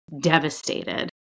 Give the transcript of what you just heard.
devastated